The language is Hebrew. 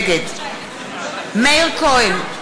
נגד מאיר כהן,